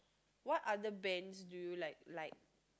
what other bands do you like like